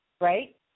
right